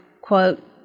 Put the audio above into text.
quote